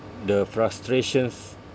the frustrations